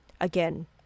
Again